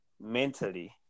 mentally